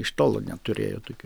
iš tolo neturėjo tokių